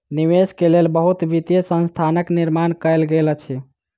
निवेश के लेल बहुत वित्तीय संस्थानक निर्माण कयल गेल अछि